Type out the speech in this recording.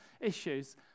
issues